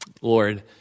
Lord